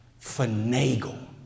finagle